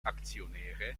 aktionäre